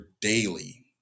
daily